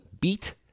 beat